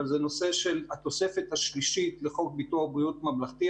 נושא התוספת השלישית לחוק ביטוח בריאות ממלכתי,